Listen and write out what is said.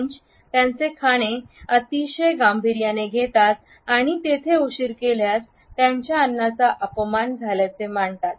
French त्यांचे खाणे अतिशय गांभीर्याने घेतात आणि तेथे उशीर केल्यास त्यांच्या अन्नाचा अपमान झाल्याचे मानतात